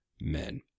men